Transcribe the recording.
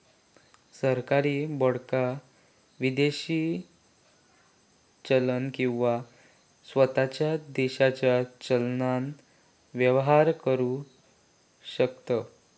सरकारी बाँडाक विदेशी चलन किंवा स्वताच्या देशाच्या चलनान व्यवहार करु शकतव